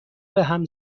بهم